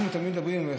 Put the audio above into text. אנחנו תמיד אומרים,